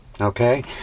okay